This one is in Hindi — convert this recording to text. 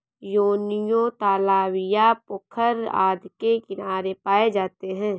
योनियों तालाब या पोखर आदि के किनारे पाए जाते हैं